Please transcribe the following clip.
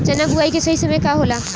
चना बुआई के सही समय का होला?